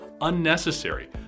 unnecessary